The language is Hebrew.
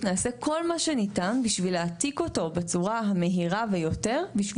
נעשה כל מה שניתן בשביל להעתיק אותו בצורה המהירה ביותר בשביל